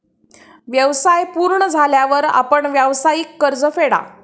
व्यवसाय पूर्ण झाल्यावर आपण व्यावसायिक कर्ज फेडा